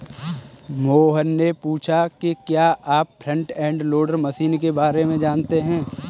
मोहन ने पूछा कि क्या आप फ्रंट एंड लोडर मशीन के बारे में जानते हैं?